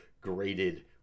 graded